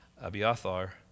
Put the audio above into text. Abiathar